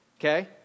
okay